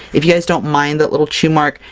if you guys don't mind that little chew mark!